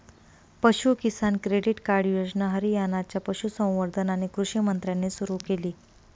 पशु किसान credit card योजना हरियाणाच्या पशुसंवर्धन आणि कृषी मंत्र्यांनी सुरू केली